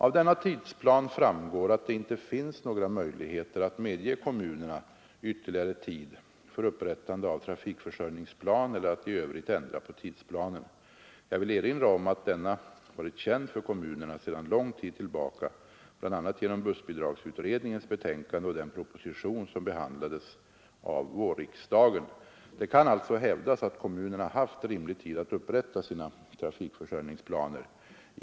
Av denna tidsplan framgår att det inte finns några möjligheter att medge kommunerna ytterligare tid för upprättande av trafikförsörjningsplan eller att i övrigt ändra på tidsplanen. Jag vill erinra om att denna varit känd för kommunerna sedan lång tid tillbaka, bl.a. genom bussbidragsutredningens betänkande och den proposition som behandlades av vårriksdagen. Det kan alltså hävdas att kommunerna haft rimlig tid att upprätta sina trafikförsörjningsplaner.